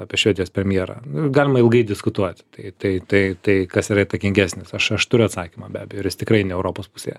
apie švedijos premjerą nu ir galima ilgai diskutuoti tai tai tai tai kas yra įtakingesnis aš aš turiu atsakymą be abejo ir jis tikrai ne europos pusėje